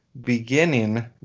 beginning